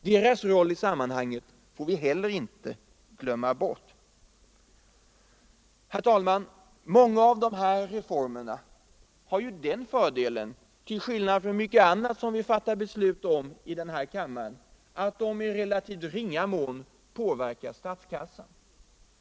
Deras roll i sammanhanget får vi heller inte glömma bort. Herr talman! Många av de här reformerna har ju den fördelen, till skillnad från mycket annat som vi fattar beslut om i denna kammare, att de i relativt ringa mån påverkar utgiftssidan.